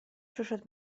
przyszedł